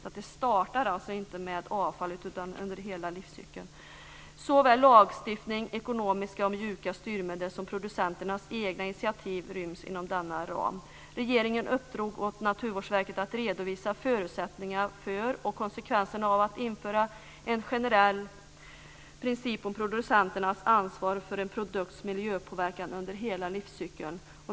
Det startar alltså inte med avfallet utan gäller under hela livscykeln. Såväl lagstiftning och ekonomiska och mjuka styrmedel som producenternas egna initiativ ryms inom denna ram. Regeringen uppdrog åt Naturvårdsverket att redovisa förutsättningarna för och konsekvenserna av att införa en generell princip om producenternas ansvar för en produkts miljöpåverkan under hela livscykeln.